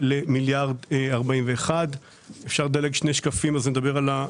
חוסות אצלנו.